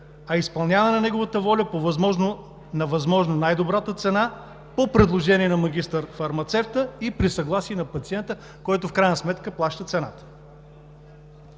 а изпълняване на неговата воля на възможно най-добрата цена по предложение на магистър-фармацевта и при съгласие на пациента, който в крайна сметка плаща цената.